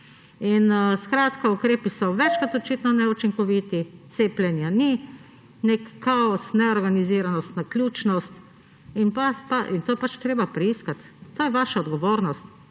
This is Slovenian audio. Skratka, ukrepi so več kot očitno neučinkoviti, cepljenja ni, so nek kaos, neorganiziranost, naključnost in to je pač treba preiskati. To je vaša odgovornost.